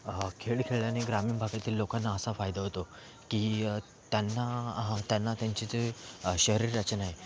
खेळ खेळल्याने ग्रामीण भागातील लोकांना असा फायदा होतो की त्यांना त्यांचे जे शरीराचे नाही